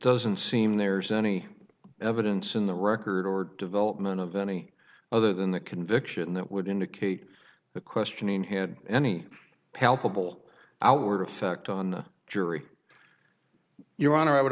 doesn't seem there's any evidence in the record or development of any other than the conviction that would indicate the question had any palpable outward effect on the jury your honor i would